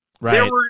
Right